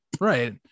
right